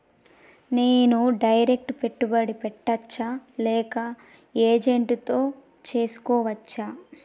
నేను డైరెక్ట్ పెట్టుబడి పెట్టచ్చా లేక ఏజెంట్ తో చేస్కోవచ్చా?